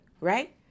right